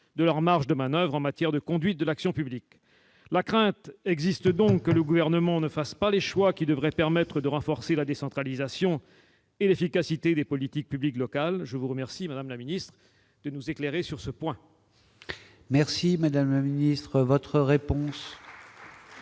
de leur marge de manoeuvre en matière de conduite de l'action publique. La crainte existe donc que le Gouvernement ne fasse pas les choix qui devraient permettre de renforcer la décentralisation et l'efficacité des politiques publiques locales. Je vous remercie, madame la ministre, de nous éclairer sur ce point. La parole est à Mme la ministre. J'ai bien